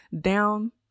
down